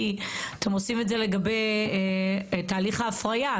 כי אתם עושים את זה לגבי תהליך ההפריה.